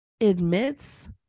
admits